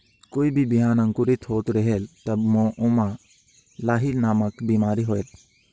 कोई भी बिहान अंकुरित होत रेहेल तब ओमा लाही नामक बिमारी होयल?